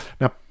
Now